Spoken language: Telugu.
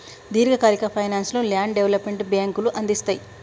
దీర్ఘకాలిక ఫైనాన్స్ ను ల్యాండ్ డెవలప్మెంట్ బ్యేంకులు అందిస్తయ్